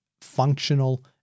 functional